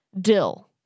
Dill